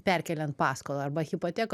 perkeliant paskolą arba hipoteką